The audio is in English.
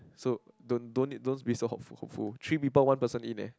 so don't don't need don't be so hopeful hopeful three one people one person in eh